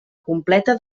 completa